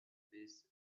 births